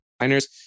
miners